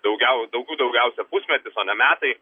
daugiau daugių daugiausia pusmetis o ne metai